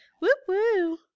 Woo-woo